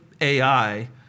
AI